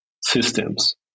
systems